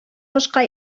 башка